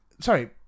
sorry